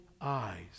eyes